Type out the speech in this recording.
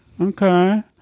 Okay